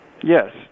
Yes